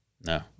No